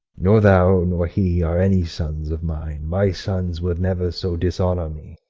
nor thou nor he are any sons of mine my sons would never so dishonour me.